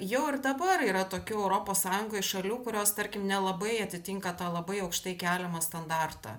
jau ir dabar yra tokių europos sąjungoj šalių kurios tarkim nelabai atitinka tą labai aukštai keliamą standartą